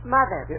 Mother